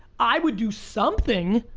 i would do something.